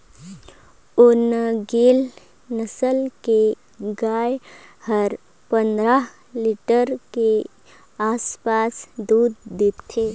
ओन्गेले नसल के गाय हर पंद्रह लीटर के आसपास दूद देथे